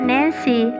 Nancy